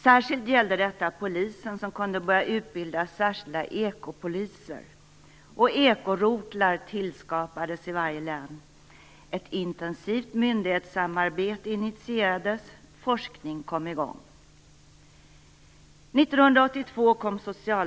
Särskilt gällde detta polisen, som kunde börja utbilda särskilda ekopoliser. Ekorotlar skapades i varje län. Ett intensivt myndighetssamarbete initierades. Forskning kom i gång.